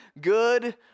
good